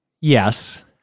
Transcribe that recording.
Yes